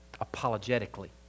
apologetically